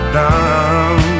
down